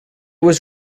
was